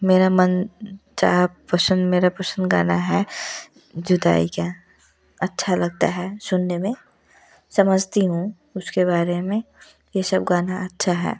मेरा मन चाहा पसंद मेरा पसंद गाना है जुदाई का अच्छा लगता है सुनने में समझती हूँ उसके बारे में ये सब गाना अच्छा है